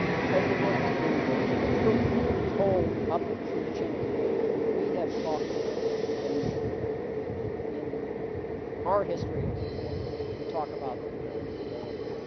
because they weren't getting the truth told up through the chain of command we have talked you know in in our history of the war we talked about you know the